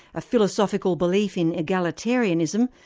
a philosophical belief in egalitarianism,